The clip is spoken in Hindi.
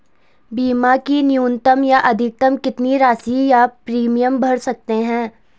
बीमा की न्यूनतम या अधिकतम कितनी राशि या प्रीमियम भर सकते हैं?